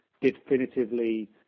definitively